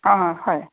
অঁ হয়